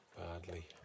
badly